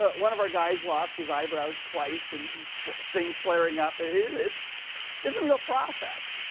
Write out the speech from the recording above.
ah one of our guys lost his eyebrows twice in things flaring up. it's it's a real process.